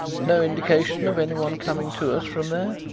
no indication of anyone coming to us from there?